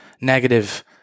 negative